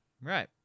Right